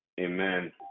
Amen